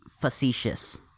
facetious